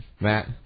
Matt